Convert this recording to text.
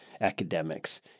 academics